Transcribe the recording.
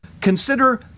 Consider